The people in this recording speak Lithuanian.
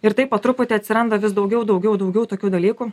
ir taip po truputį atsiranda vis daugiau daugiau daugiau tokių dalykų